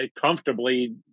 comfortably